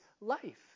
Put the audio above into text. life